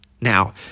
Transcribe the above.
Now